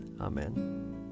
Amen